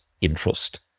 interest